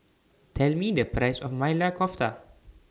Tell Me The Price of Maili Kofta